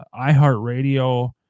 iHeartRadio